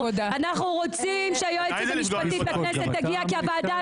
אנחנו רוצים שהיועצת המשפטית לכנסת תגיע כי הוועדה